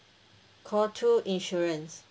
call two insurance